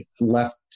left